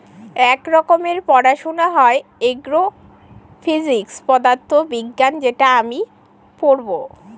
এক রকমের পড়াশোনা হয় এগ্রো ফিজিক্স পদার্থ বিজ্ঞান যেটা আমি পড়বো